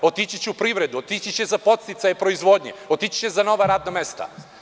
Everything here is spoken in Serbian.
Otići će u privredu, otići će za podsticaj proizvodnje, otići će za nova radna mesta.